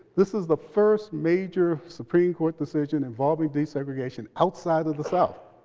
this is the first major supreme court decision involving desegregation outside of the south.